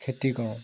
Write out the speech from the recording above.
খেতি কৰোঁ